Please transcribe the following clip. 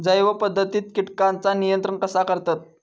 जैव पध्दतीत किटकांचा नियंत्रण कसा करतत?